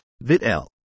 VIT-L